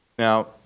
Now